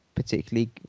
particularly